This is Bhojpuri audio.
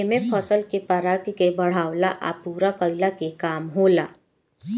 एमे फसल के पराग के बढ़ावला आ पूरा कईला के काम होला